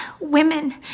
Women